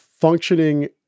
functioning